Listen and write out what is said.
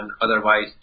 otherwise